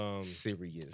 serious